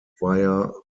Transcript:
via